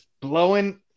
blowing